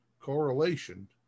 correlation